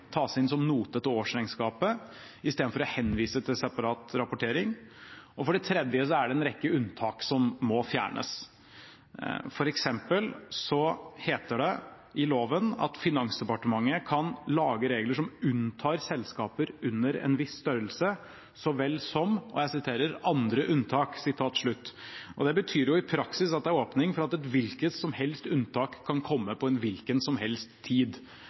som note til årsregnskapet istedenfor å henvise til separat rapportering. Og for det tredje er det en rekke unntak som må fjernes. For eksempel heter det i loven at Finansdepartementet kan lage regler som unntar selskaper under en viss størrelse, så vel som «andre unntak.» Det betyr i praksis at det er åpning for at et hvilket som helst unntak kan komme på en hvilken som helst tid.